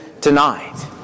tonight